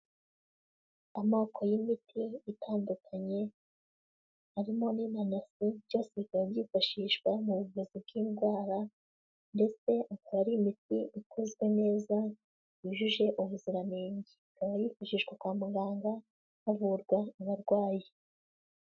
Amoko y'imiti itandukanye, harimo n'inanasi byose bikaba byifashishwa mu buvuzi bw'indwara, ndetse akaba ari imiti ikozwe neza yujuje ubuziranenge. Ikaba yifashishwa kwa muganga havurwa abarwayi.